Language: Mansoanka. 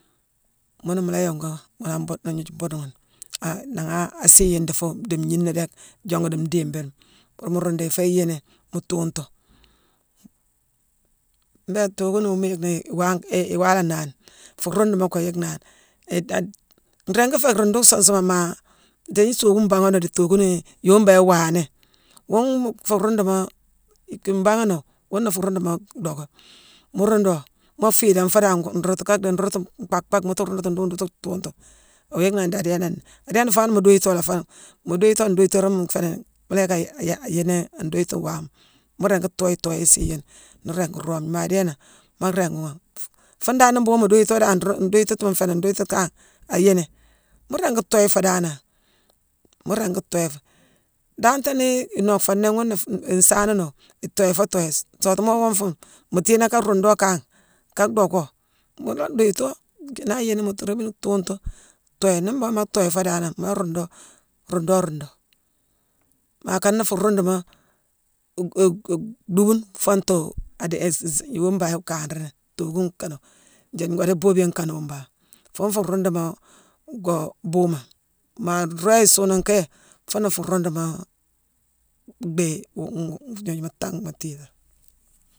Muuna mu la yongu ghuna-buude-agnooju-buude ghune-a-nanghaa asii yune diiffu-dii ngniina déck, jongu dii ndiibilema. Worama mu ruundu yi foo igniini, mu tuuntu. Mbéélé tookunoowu mu yickni iwang-iwaala naani, fuu ruunduma goo yicknani. I-ad-nrigni féé ruundu suun sune, maa ndééyi sookune baaghone nnéé dii tookunii yoowu mbangh iwaawa ni. Wuune fuu ruunduma-i-ki-mbaaghanowu wuuna fuu ruunduma docka. Mu ruundoo, maa fiidane foo dan-ngoo-ruundutu ka dhii nruundutu mbhack back mutu ruundutu nduyi duyi thuu tuungtu. Ngoo yicknani daa adééna nnéé. Adééna fuune han mu duyitoo la fangh, mu duyitoo nduyiturune nfééni, mu la yick aa-ya-ya-ayiini an duyitu waama. Mu ringi thoyi toye isiiyune. Nuu ringi roome yi. Maa idéénowu, maa ringi ghune. Fu-fuune dan nii mbuughune mu duyitoo dan-nru-duyitutu nfééni duyitu kangh, ayiini, mu ringi thoyi foo danane, mu ringi thoyi foo. Danghtéé nii inock foo nnéé, ghuuna fuu-nsaananowu itoyi foo toye. Soota moo wongfu mu tiiné ka ruundoo kangh, ka docko, mu la duyitoo, naa ayiini, mutu réémini tuuntu, thoyi. Nii mbhuunghune maa thoyi foo danane, mu la ruundo, ruundo ruundu. Maa akana fuu ruunduma-g-e-g-dhuubune foongtu adéé-z-z-yoowu mbangh ikanra nini. Tookune kanowu-njiick-ngoo dii boobiyone kanowu lbangh. Fuune fuu ruunduma goo buuma. Maa rooye soonika yé, fuuna fuu ruundumaa-dhééye-ghu- ghu-gnoojuma-tanghma tiitane.